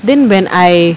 then when I